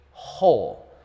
whole